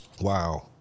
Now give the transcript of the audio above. Wow